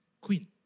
queen